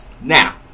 Now